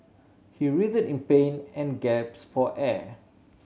he writhed in pain and gasped for air